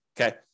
Okay